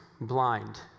blind